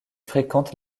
fréquente